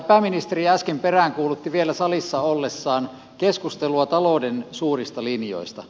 pääministeri äsken peräänkuulutti vielä salissa ollessaan keskustelua talouden suurista linjoista